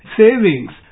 savings